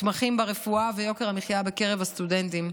מתמחים ברפואה ויוקר המחיה בקרב הסטודנטים.